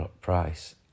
price